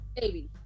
Baby